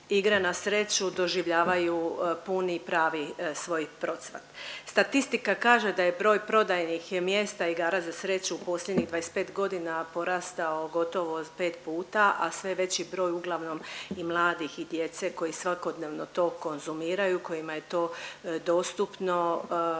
igre na sreću doživljavaju puni i pravi svoj procvat. Statistika kaže da je broj prodajnih mjesta igara za sreću posljednjih 25 godina porastao gotovo 5 puta, a sve veći broj uglavnom i mladih i djece koji svakodnevno to konzumiraju, kojima je to dostupno,